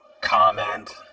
Comment